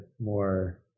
more